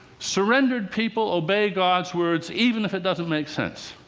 surrendered people obey god's words, even if it doesn't make sense.